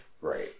Right